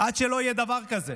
כשלא יהיה דבר כזה,